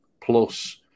plus